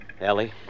Ellie